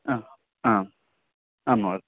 अ आम् आं महोदय